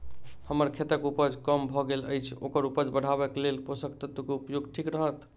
हम्मर खेतक उपज कम भऽ गेल अछि ओकर उपज बढ़ेबाक लेल केँ पोसक तत्व केँ उपयोग ठीक रहत?